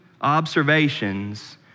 observations